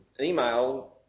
email